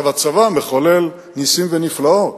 הצבא מחולל נסים ונפלאות,